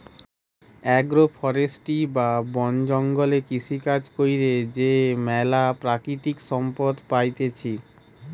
agro forestry বা বন জঙ্গলে কৃষিকাজ কইরে যে ম্যালা প্রাকৃতিক সম্পদ পাইতেছি